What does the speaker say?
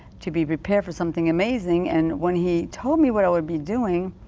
to be prepared for something amazing and when he told me what i would be doing.